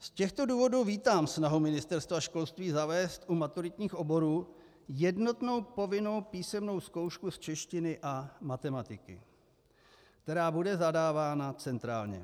Z těchto důvodů vítám snahu Ministerstva školství zavést u maturitních oborů jednotnou povinnou písemnou zkoušku z češtiny a matematiky, která bude zadávána centrálně.